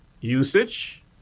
usage